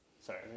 Sorry